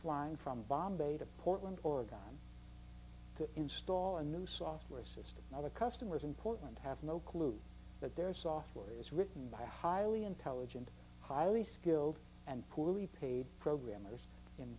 flying from bombay to portland oregon to install a new software system now the customers in portland have no clue that their software is written by highly intelligent highly skilled and poorly paid programmers in